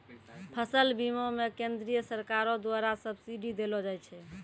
फसल बीमा मे केंद्रीय सरकारो द्वारा सब्सिडी देलो जाय छै